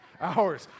hours